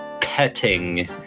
petting